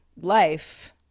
life